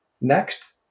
Next